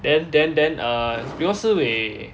then then then err because si wei